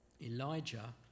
Elijah